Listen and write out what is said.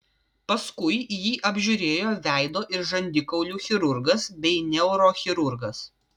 paskui jį apžiūrėjo veido ir žandikaulių chirurgas bei neurochirurgas